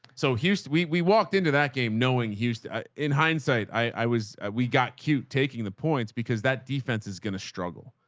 so here we we walked into that game, knowing houston in hindsight, i was, we got cute taking the points because that defense is going to struggle.